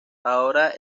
ahora